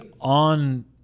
on